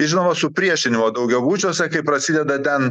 ir žinoma supriešinimo daugiabučiuose kai prasideda ten